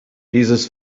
dieses